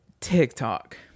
TikTok